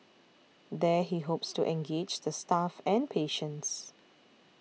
there he hopes to engage the staff and patients